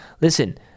Listen